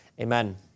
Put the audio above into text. Amen